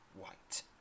white